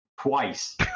twice